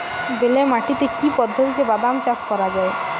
বেলে মাটিতে কি পদ্ধতিতে বাদাম চাষ করা যায়?